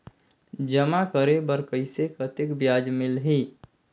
जमा करे बर कइसे कतेक ब्याज मिलही?